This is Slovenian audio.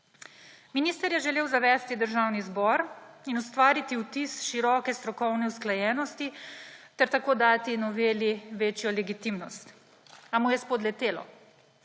Minister je želel zavesti Državni zbor in ustvariti vtis široke strokovne usklajenosti ter tako dati noveli večjo legitimnost, a mu je spodletelo.